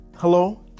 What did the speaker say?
Hello